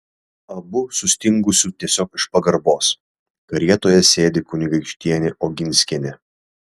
abu sustingusiu tiesiog iš pagarbos karietoje sėdi kunigaikštienė oginskienė